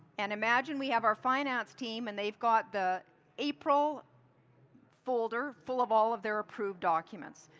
and imagine we have our finance team and they've got the april folder full of all of their approved documents.